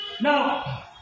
Now